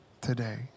today